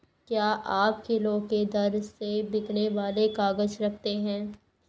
क्या आप किलो के दर से बिकने वाले काग़ज़ रखते हैं?